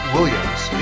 Williams